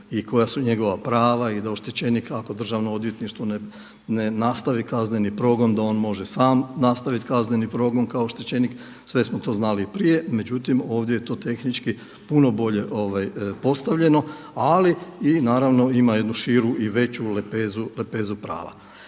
i koja su njegova prava i da oštećenik ako Državno odvjetništvo ne nastavi kazneni progon da on može sam nastaviti kazneni progon kao oštećenik, sve smo to znali i prije, međutim ovdje je to tehnički puno bolje postavljeno, ali i naravno ima jednu širu i veću lepezu prava.